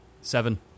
Seven